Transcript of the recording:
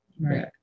Right